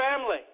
family